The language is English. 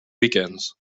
weekends